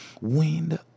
Wind